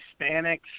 Hispanics